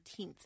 14th